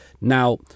Now